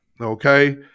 okay